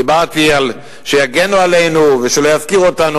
דיברתי על כך שיגנו עלינו ולא יפקירו אותנו.